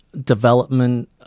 development